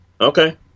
Okay